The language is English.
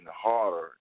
harder